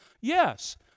Yes